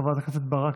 חברת הכנסת ברק,